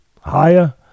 higher